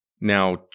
Now